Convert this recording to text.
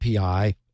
API